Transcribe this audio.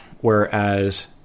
whereas